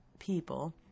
people